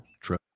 true